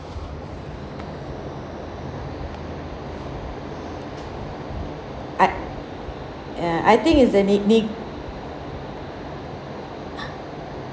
I ya I think it's a ne~ ne~